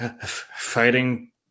fighting